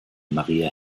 mariä